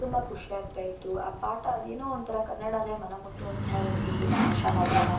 ತುಂಬ ಖುಷಿ ಆಗ್ತಾಯಿತ್ತು ಆ ಪಾಠ ಅದೇನೋ ಒಂಥರ ಕನ್ನಡ ಅಂದರೆ ಮನ ಮುಟ್ಟುವಂತಹ ಒಂದು ಭಾಷಾ ಮಾಧ್ಯಮ